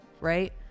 right